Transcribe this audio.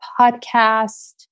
podcast